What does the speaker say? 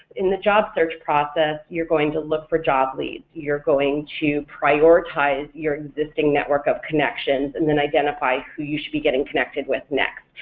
in the job search process, you're going to look for job leads, you're going to prioritize your existing network of connections and then identify who you should be getting connected with next.